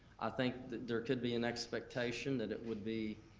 i think that there could be an expectation that it would be